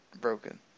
broken